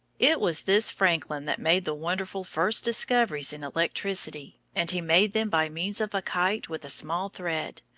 it was this franklin that made the wonderful first discoveries in electricity and he made them by means of a kite with a small thread,